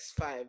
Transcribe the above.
X5